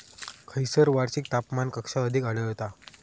खैयसर वार्षिक तापमान कक्षा अधिक आढळता?